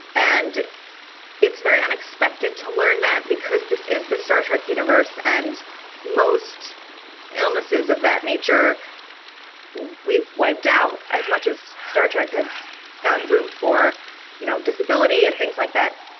and it's very unexpected to learn that because this is the star trek universe and most illnesses of that nature we've wiped out as much as star trek has found room for you know disability and things like that